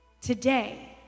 today